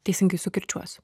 teisingai sukirčiuosiu